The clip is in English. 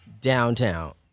downtown